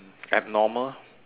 abnormal